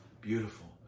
Beautiful